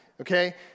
Okay